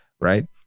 right